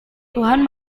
tuhan